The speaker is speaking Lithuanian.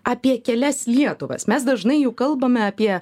apie kelias lietuvas mes dažnai jau kalbame apie